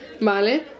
¿vale